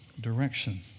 direction